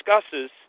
discusses